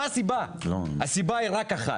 הסיבה היא אחת